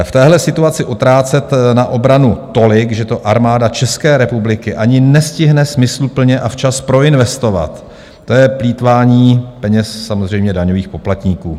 V téhle situaci utrácet na obranu tolik, že to Armáda České republiky ani nestihne smysluplně a včas proinvestovat, je plýtvání peněz, samozřejmě daňových poplatníků.